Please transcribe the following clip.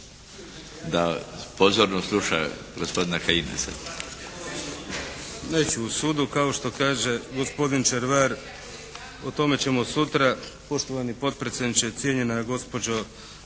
da pozorno sluša gospodina Kajina